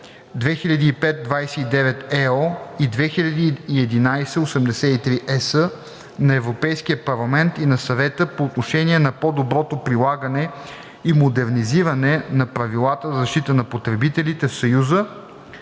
2005/29/ЕО и 2011/83/ЕС на Европейския парламент и на Съвета по отношение на по-доброто прилагане и модернизиране на правилата за защита на потребителите в Съюза,